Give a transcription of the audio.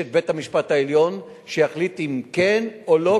יש בית-המשפט העליון שיחליט אם כן או לא,